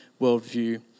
worldview